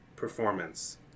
performance